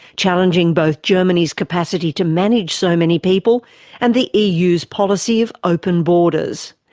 challenging both germany's capacity to manage so many people and the eu's policy of open borders.